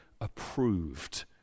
approved